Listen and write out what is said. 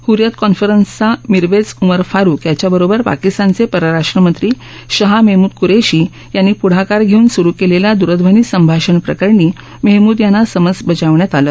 हुरियत कॉन्फरन्सचा मिरवेझ उमर फारुक यांच्याबरोबर पाकिस्तानचे परराष्ट्र मंत्री शाह मेहमूद कुरेशी यांनी पुढाकार घेऊन सुरु केलेल्या दूरध्वनी संभाषण प्रकरणी मेहमूद यांना समन्स बजावण्यात आलं